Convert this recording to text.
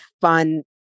fun